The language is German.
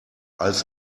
als